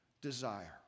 desire